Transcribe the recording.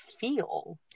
feel